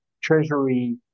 treasury